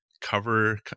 cover